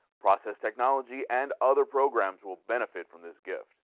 process technology and other programs will benefit from this gift.